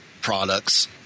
products